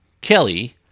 Kelly